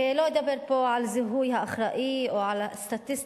ולא אדבר פה על זיהוי האחראי או על הסטטיסטיקה,